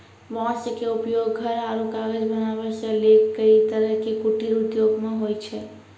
बांस के उपयोग घर आरो कागज बनावै सॅ लैक कई तरह के कुटीर उद्योग मॅ होय छै